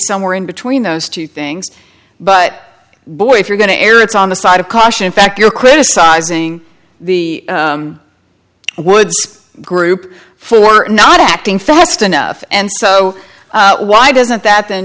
somewhere in between those two things but boy if you're going to err it's on the side of caution fact you're criticizing the wood group for not acting fast enough and so why doesn't that then